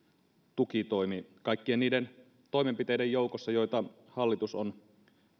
tukitoimi kaikkien niiden toimenpiteiden joukossa joita hallitus on